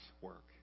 work